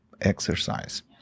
exercise